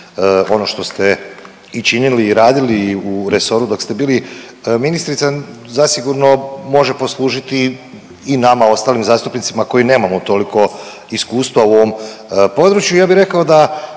ono što ste i činili radili u resoru dok ste bili ministrica zasigurno može poslužiti i nama ostalim zastupnicima koji nemamo toliko iskustva u ovom području. I ja bi rekao da